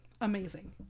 amazing